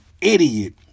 idiot